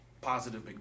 positive